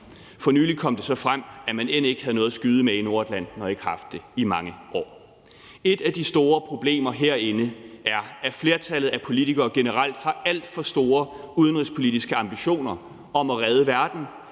For nylig kom det så frem, at man end ikke havde noget at skyde med i Nordatlanten og ikke har haft det i mange år. Et af de store problemer herinde er, at flertallet af politikere generelt har alt for store udenrigspolitiske ambitioner om at redde verden